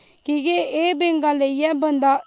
कि के एह् बंगा लेइये बंदा